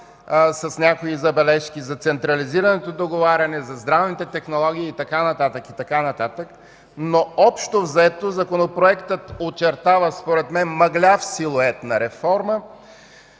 с някои забележки, за централизираното договаряне, за здравните технологии и така нататък. Общо взето Законопроектът очертава, според мен, мъгляв силует на реформа